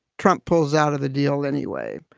trump pulls out of the deal anyway.